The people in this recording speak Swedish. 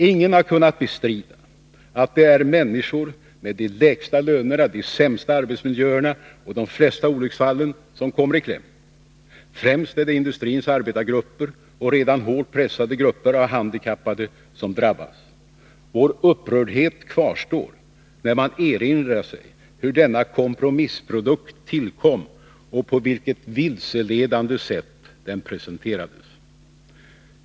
Ingen har kunnat bestrida att det är människor med de lägsta lönerna, de sämsta arbetsmiljöerna och de flesta olycksfallen som kommer i kläm. Främst är det industrins arbetargrupper och redan hårt pressade grupper av handikappade som drabbas. Vår upprördhet kvarstår, när man erinrar sig hur denna kompromissprodukt tillkom och på vilket vilseledande sätt den presenterades.